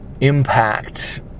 impact